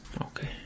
Okay